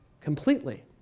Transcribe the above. completely